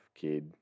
kid